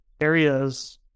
areas